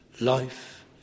life